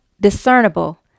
discernible